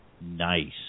Nice